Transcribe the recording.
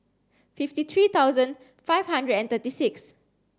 fifty three thousand five hundred and thirty six